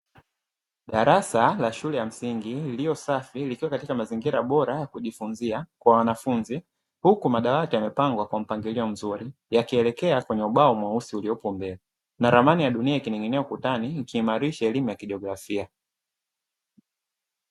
Darassa la shule ya msingi iliyosafi likiwa katika mazingira bora kujifunza kwa wanafunzi, huku madawati yamepangwa kwa mpangilio mzuri yakielekea kwenye ubao mweusi uliopo mbele, na ramani ya dunia ikining'inia ukutani ikiimarisha elimu ya kijiografia.